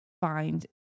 find